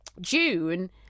June